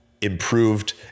improved